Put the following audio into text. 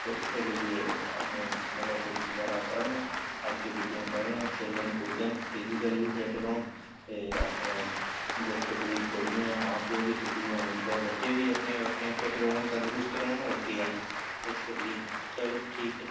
ते उत्थै जाइयै अपने मतलब बुक्स बगैरा पढ़न ऐक्टीविटियां करन खेलन कुद्दन फिजिकली बी फिट्ट रौह्न ते अपने दुख तकलीफ कोई निं होऐ मां प्यो बी सुखी होन इं'दे बच्चे बी अपने अपने फिट्ट रौह्न तंदरुस्त रौह्न होर केह् ऐ इस करियै चलो ठीक ऐ